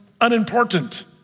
unimportant